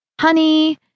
Honey